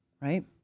right